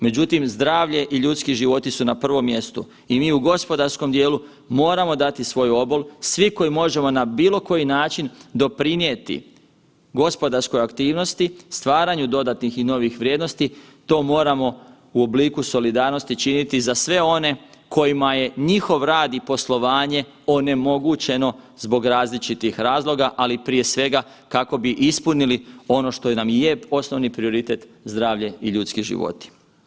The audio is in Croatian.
Međutim, zdravlje i ljudski životi su na prvom mjestu i mi u gospodarskom dijelu moramo dati svoj obol, svi koji možemo na bilo koji način doprinijeti gospodarskoj aktivnosti, stvaranju dodatnih i novih vrijednosti, to moramo u obliku solidarnosti činiti za sve one kojima je njihov rad i poslovanje onemogućeno zbog različitih razloga, ali prije svega kako bi ispunili ono što nam i je osnovni prioritet zdravlje i ljudski životi.